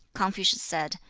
confucius said,